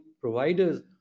providers